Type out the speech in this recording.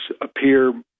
appear